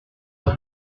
lieu